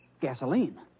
Gasoline